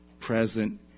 present